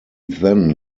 then